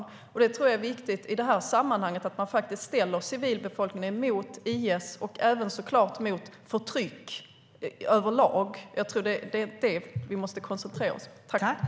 I det sammanhanget tror jag att det är viktigt att man faktiskt ställer civilbefolkningen emot IS och även såklart emot förtryck överlag. Det är det vi måste koncentrera oss på.